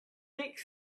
make